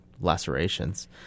lacerations